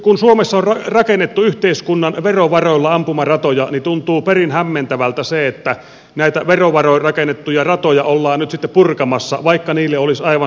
kun suomessa on rakennettu yhteiskunnan verovaroilla ampumaratoja tuntuu perin hämmentävältä se että näitä verovaroin rakennettuja ratoja ollaan nyt sitten purkamassa vaikka niille olisi aivan selvästi käyttöä